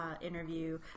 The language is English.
interview